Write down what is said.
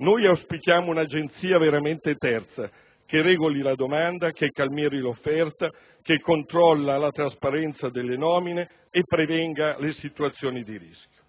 e auspichiamo un'agenzia veramente terza, che regoli la domanda, che calmieri l'offerta, che controlli la trasparenza delle nomine e prevenga le situazioni di rischio.